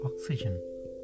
oxygen